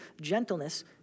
gentleness